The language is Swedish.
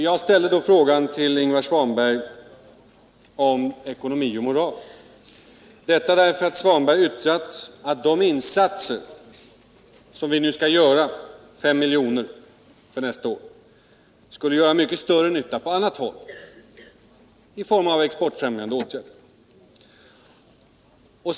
Jag ställde då frågan till Ingvar Svanberg om ckonomi och moral, därför att herr Svanberg vttrat att de pengar som vi nu skall anslå, 5 milj.kr. för nästa år, skulle göra mycket större nytta på annat håll i form av exportfrämjande åtgärder.